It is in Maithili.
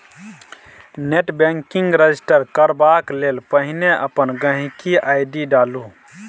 नेट बैंकिंग रजिस्टर करबाक लेल पहिने अपन गांहिकी आइ.डी डालु